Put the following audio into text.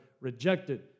rejected